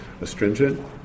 astringent